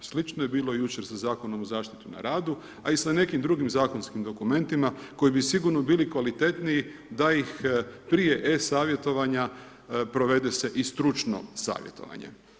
Slično je bilo i jučer sa Zakonom o zaštiti na radu a i sa nekim drugim zakonskim dokumentima koji bi sigurno bili kvalitetniji da ih prije e- savjetovanja provede se i stručno savjetovanje.